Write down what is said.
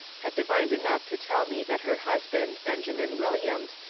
had divined enough to tell me that her husband, benjamin williams,